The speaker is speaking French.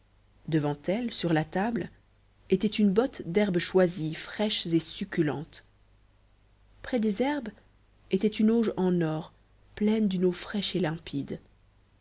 devant elle sur la table était une botte d'herbes choisies fraîches et succulentes près des herbes était une auge en or pleine d'une eau fraîche et limpide